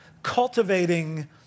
Cultivating